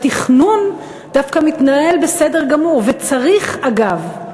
התכנון דווקא מתנהל בסדר גמור, וצריך, אגב.